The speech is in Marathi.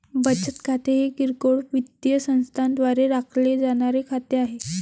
बचत खाते हे किरकोळ वित्तीय संस्थांद्वारे राखले जाणारे खाते आहे